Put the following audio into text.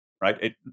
Right